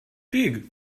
pig